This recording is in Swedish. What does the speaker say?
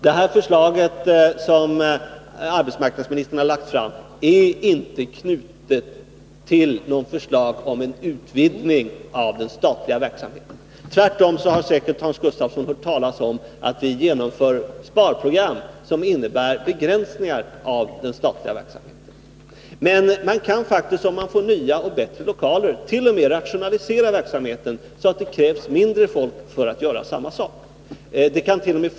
Det förslag som arbetsmarknadsministern har lagt fram är inte knutet till något förslag om utvidgning av den statliga verksamheten. Tvärtom har Hans Gustafsson säkert hört talas om att vi genomför sparprogram, som innebär begränsningar av den statliga verksamheten. Men om man får nya och bättre lokaler kan man rationalisera verksamheten så att det krävs mindre folk för att utföra samma mängd arbete. — Det kant.o.m.